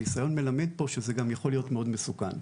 הניסיון מלמד פה שזה גם יכול להיות מאוד מסוכן.